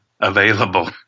available